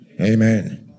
amen